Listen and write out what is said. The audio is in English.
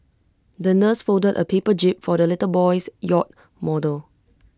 the nurse folded A paper jib for the little boy's yacht model